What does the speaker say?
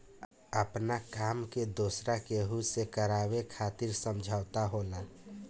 आपना काम के दोसरा केहू से करावे खातिर समझौता होला